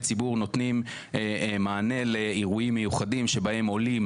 ציבור נותנים מענה לאירועים מיוחדים שבהם עולים,